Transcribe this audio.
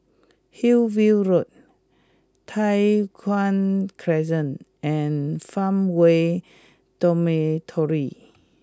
Hillview Road Tai Hwan Crescent and Farmway Dormitory